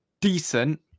decent